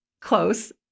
close